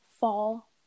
fall